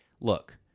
look